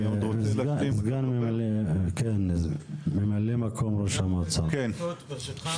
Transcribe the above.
סגן ממלא מקום ראש המועצה, בבקשה.